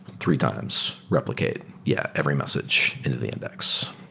three times replicate, yeah, every message into the index.